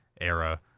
era